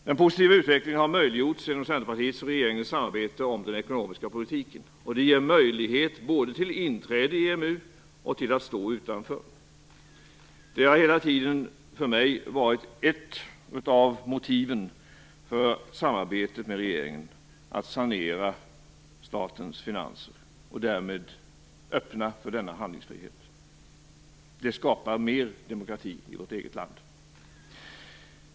Den positiva utvecklingen har möjliggjorts genom Centerpartiets och regeringens samarbete om den ekonomiska politiken. Det ger möjlighet både till inträde i EMU och till att stå utanför. För mig har saneringen av statens finanser och därmed öppnandet av denna handlingsfrihet hela tiden varit ett av motiven för samarbete med regeringen. Detta skapar mer demokrati i vårt eget land.